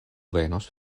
venos